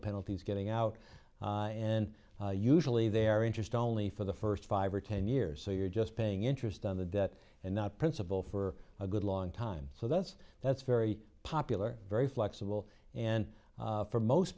penalties getting out and usually their interest only for the first five or ten years so you're just paying interest on the debt and not principal for a good long time so that's that's very popular very flexible and for most